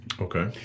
Okay